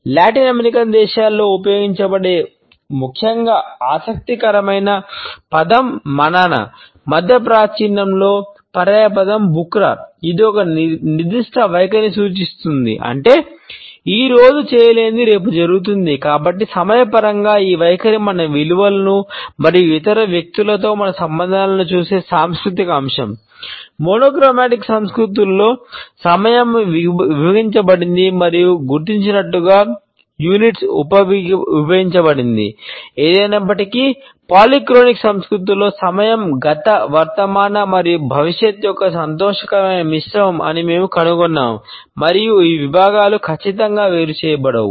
Latin American సంస్కృతులలో సమయం గత వర్తమాన మరియు భవిష్యత్తు యొక్క సంతోషకరమైన మిశ్రమం అని మేము కనుగొన్నాము మరియు ఈ విభాగాలు ఖచ్చితంగా వేరు చేయబడవు